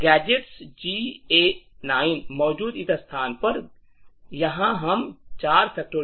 gadgets GA 9 मौजूद इस स्थान पर गैजेट GA 8 यहां हम 4